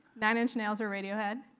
nine inch nails or radiohead?